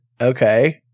Okay